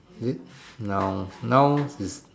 is it noun nouns is